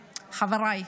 חבריי,